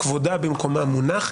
כבודה במקומה מונח,